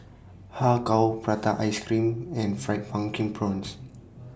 Har Kow Prata Ice Cream and Fried Pumpkin Prawns